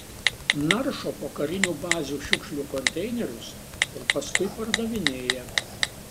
naršo po karinių bazių šiukšlių konteinerius ir paskui pardavinėja